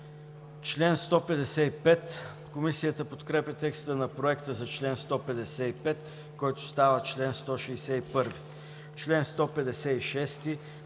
чл. 155. Комисията подкрепя текста на Проекта за чл. 150, който става чл. 156.